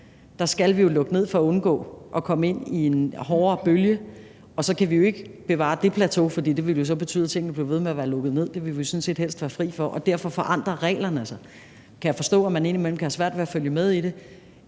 top, skal vi jo lukke ned for at undgå at komme ind i en hårdere bølge, og så kan vi ikke blive på det plateau, for det ville jo så betyde, at tingene ville blive ved med at være lukket ned – det vil vi sådan set helst være fri for – og derfor forandrer reglerne sig. Kan jeg forstå, at man indimellem kan have svært ved at følge med i dem?